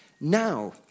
now